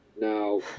Now